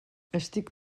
estic